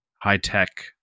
high-tech